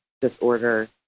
disorder